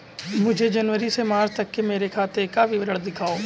मुझे जनवरी से मार्च तक मेरे खाते का विवरण दिखाओ?